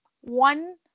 one